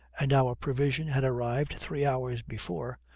and our provision had arrived three hours before,